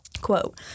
Quote